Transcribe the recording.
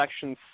Section